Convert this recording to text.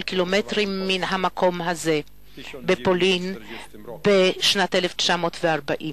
קילומטרים מן המקום הזה בפולין הכבושה בשנת 1940,